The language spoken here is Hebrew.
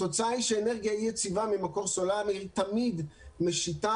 התוצאה היא שאנרגיה אי יציבה ממקור סולארי היא תמיד משיתה